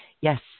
yes